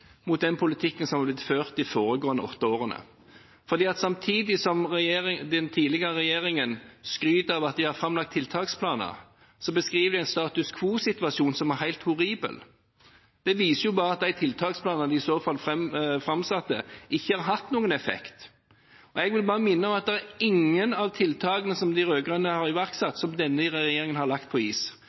den politikken som er blitt ført de foregående åtte årene. For samtidig som den tidligere regjeringen skryter av at de har lagt fram tiltaksplaner, så beskriver de en status quo-situasjon som er helt horribel. Det viser jo bare at de tiltaksplanene de i så fall framsatte, ikke har hatt noen effekt. Jeg vil bare minne om at det er ingen av tiltakene som de rød-grønne har iverksatt, som denne regjeringen har lagt på is.